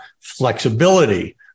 flexibility